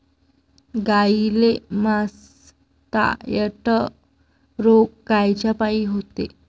गाईले मासटायटय रोग कायच्यापाई होते?